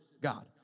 God